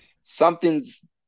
something's